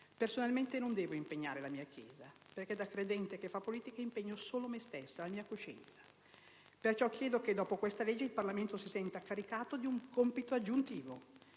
Personalmente non devo impegnare la mia Chiesa, perché da credente che fa politica impegno solo me stessa, la mia coscienza. Chiedo perciò che dopo l'approvazione di questa legge il Parlamento si senta caricato di un compito aggiuntivo